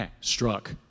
struck